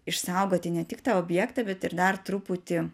išsaugoti ne tik tą objektą bet ir dar truputį